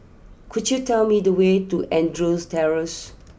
could you tell me the way to Andrews Terrace